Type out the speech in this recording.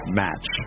match